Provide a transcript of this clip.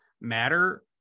matter